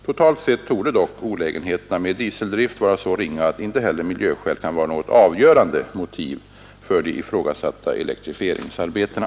Totalt sett torde dock olägenheterna med dieseldrift vara så ringa att inte heller miljöskäl kan vara något avgörande motiv för de ifrågasatta elektrifieringsarbetena.